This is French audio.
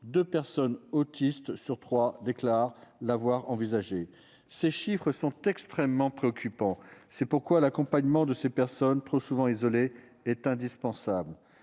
deux personnes autistes sur trois déclarent avoir envisagé de se suicider. Ces chiffres sont extrêmement préoccupants. C'est pourquoi l'accompagnement de ces personnes trop souvent isolées est indispensable.